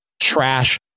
trash